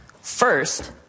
First